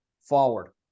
forward